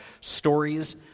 stories